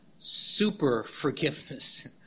Super-forgiveness